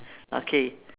okay